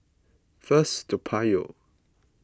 First Toa Payoh